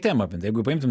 temą bendrai jeigu paimtum